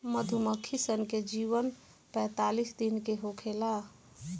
मधुमक्खी सन के जीवन पैतालीस दिन के होखेला